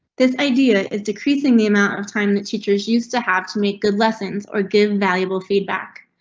this idea is decreasing the amount of time that teachers used to have to make good lessons or give valuable feedback.